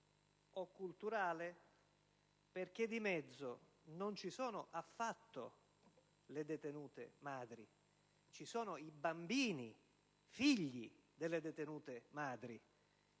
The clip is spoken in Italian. o culturale, perché di mezzo non ci sono affatto le detenute madri, ma i bambini figli delle detenute madri.